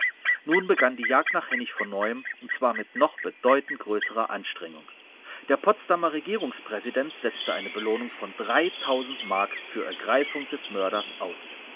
nun begann die jagd nach hennig von neuem und zwar mit noch bedeutend größerer anstrengung der potsdamer regierungspräsident setzte eine belohnung von mark für ergreifung des mörders aus